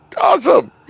awesome